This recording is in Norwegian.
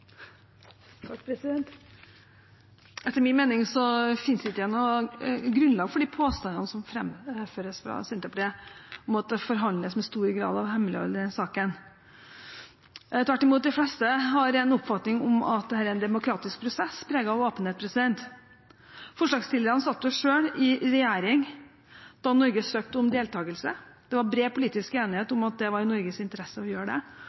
Etter min mening finnes det ikke noe grunnlag for de påstandene som framføres av Senterpartiet, om at det forhandles med stor grad av hemmelighold i denne saken. Tvert imot, de fleste har en oppfatning om at dette er en demokratisk prosess preget av åpenhet. Forslagsstillerne satt selv i regjering da Norge søkte om deltakelse. Det var bred politisk enighet om at det var i Norges interesse å gjøre det,